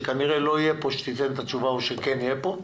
שכנראה לא יהיה פה כשתיתן את התשובה או שכן יהיה פה,